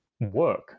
work